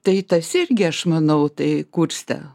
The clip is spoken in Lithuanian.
tai tas irgi aš manau tai kurstė